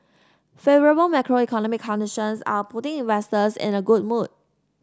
favourable macroeconomic conditions are putting investors in a good mood